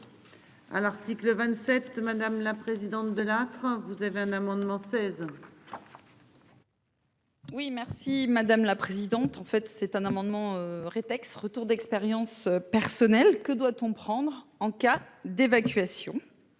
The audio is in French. À l'article 27. Madame la présidente de la. Vous avez un amendement 16. Oui merci madame la présidente. En fait c'est un amendement retex retour d'expérience personnelle que doit-on prendre en cas d'évacuation.